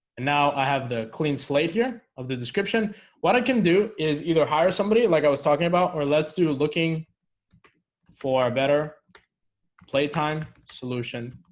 and now i have the clean slate here of the description what i can do is either hire somebody like i was talking about or let's do looking for better playtime solution